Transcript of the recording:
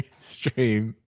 stream